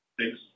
thanks